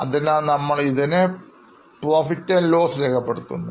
അതിനാൽ നമ്മൾ അതിനെ PL രേഖപ്പെടുത്തുന്നു